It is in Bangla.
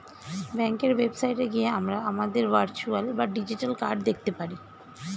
ব্যাঙ্কের ওয়েবসাইটে গিয়ে আমরা আমাদের ভার্চুয়াল বা ডিজিটাল কার্ড দেখতে পারি